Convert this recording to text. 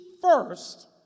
first